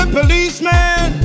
Policeman